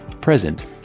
present